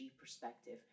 perspective